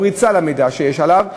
הפריצה למידע שיש עליו.